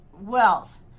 wealth